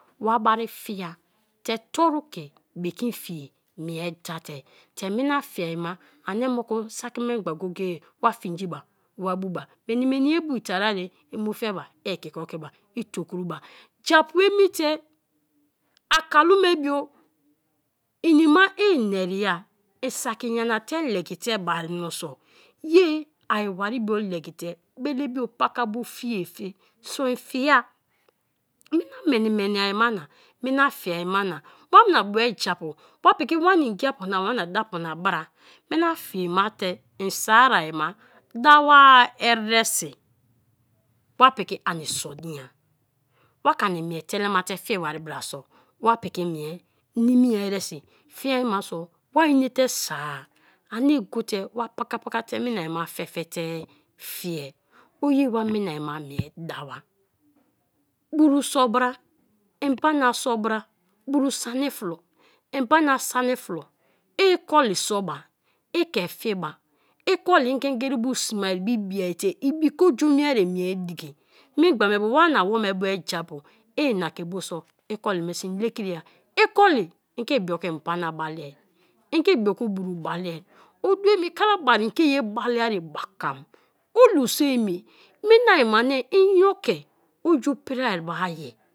Wa bari fia te toru ke bekin fie mie da te te mina fiai ba ani mo ku saki memgba go- go-e wa fingi ba wa bu ba, mini- mini ye bu tara ye, imu fe ba ikika ke ba ito kruba, japu emi te akalu me bio iniba ina ere i saki nyana te bai mioso ye ai wari biu legi te bele bio pakabo fie fi sori fia mina mini-mini ai mana, mina fiei ma na, wana bue japu wa piki wana ngiapu na wana dapu na bra mina fie me te i sor ai ma dawa eresi wa piki ani sor dina, wa ke i mie telema te fie bari so wa piki mie nimia eresi fiai, ma sor wa na te soor anie go te wa paka paka te mina-ma fe fe te fii; onye wa minai ma mie dawa; buru sor bra, mbana sor bra, buru sani flo, mbana sani flo, ikoli sor ba, ike fi ba, ikolo igegere bo smea ibi bia te ibi ke oju mie ye mie diki; memgbe me bubu wana wome bike japu ina ke bo so ikoli me so ile kri ya; iko li ike ibioku mbana balea; ike ibioku buru balea, odu emi, kalahari ike ye belea ye bakam, olu so emi mina-ma ani in yo ke oju priai bo ai.